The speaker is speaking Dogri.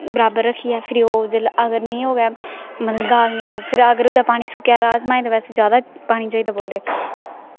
बराबर रक्खियै अगर नेईं होऐ मतलब दाल नेईं होग अगर ओह्दा पानी सुक्केआ राजमाहें गी ते बैसे जैदा पानी चाहिदा